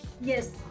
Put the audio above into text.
Yes